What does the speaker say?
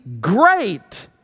great